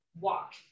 walk